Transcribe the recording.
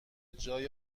جای